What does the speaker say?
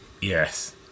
yes